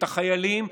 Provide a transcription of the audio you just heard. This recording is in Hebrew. את החיילים,